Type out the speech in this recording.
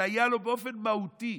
היה לו באופן מהותי.